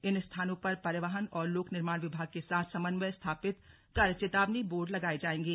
इन स्थानों पर परिवहन और लोक निर्माण विभाग के साथ समन्वय स्थापित कर चेतावनी बोर्ड लगाए जाएंगे